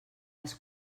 les